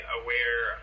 aware